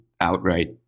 outright